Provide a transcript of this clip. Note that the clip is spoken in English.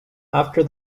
after